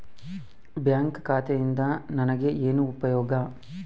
Bank ಖಾತೆಯಿಂದ ನನಗೆ ಏನು ಉಪಯೋಗ?